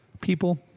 People